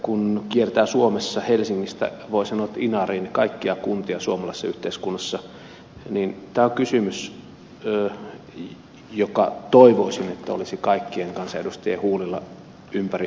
kun kiertää suomessa voi sanoa helsingistä inariin kaikissa kunnissa suomalaisessa yhteiskunnassa niin tämä on kysymys jonka toivoisin olevan kaikkien kansanedustajien huulilla ympäri suomea